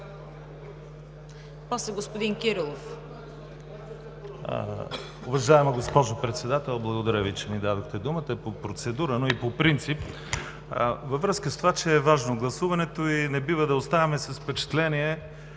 После господин Кирилов.